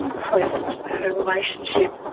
post her relationship.